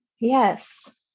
Yes